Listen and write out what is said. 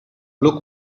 look